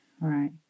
right